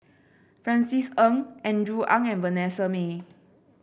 Francis Ng Andrew Ang and Vanessa Mae